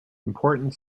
important